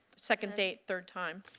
second date, third time?